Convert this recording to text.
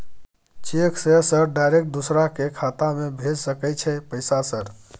Cheque से sir direct दूसरा के खाता में भेज सके छै पैसा सर?